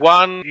one